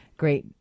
great